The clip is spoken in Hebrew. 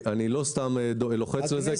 אני לא סתם לוחץ לזה.